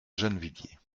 gennevilliers